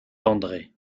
andré